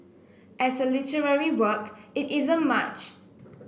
as a literary work it isn't much